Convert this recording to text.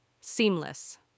seamless